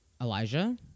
Elijah